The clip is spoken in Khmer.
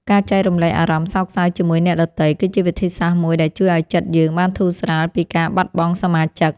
ការចែករំលែកអារម្មណ៍សោកសៅជាមួយអ្នកដទៃ គឺជាវិធីសាស្រ្តមួយដែលជួយឱ្យចិត្តយើងបានធូរស្រាលពីការបាត់បង់សមាជិក។